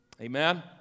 Amen